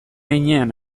heinean